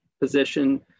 position